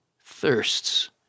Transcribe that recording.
thirsts